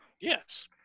Yes